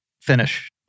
finish